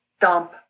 dump